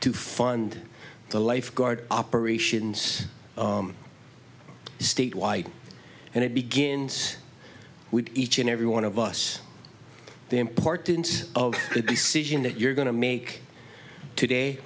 to fund the lifeguard operations statewide and it begins with each and every one of us the importance of the decision that you're going to make today